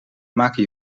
maken